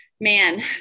man